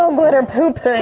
um glitter poops right